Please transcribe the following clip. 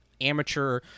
amateur